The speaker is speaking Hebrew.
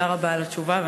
תודה רבה על התשובה,